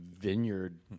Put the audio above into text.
vineyard